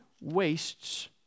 wastes